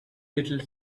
little